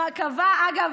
אגב,